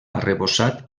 arrebossat